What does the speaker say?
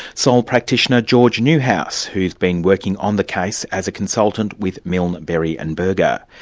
sole practitioner george newhouse, who's been working on the case as a consultant with milne berry and berger.